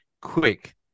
quick